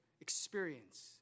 experience